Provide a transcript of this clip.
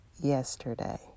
yesterday